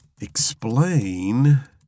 explain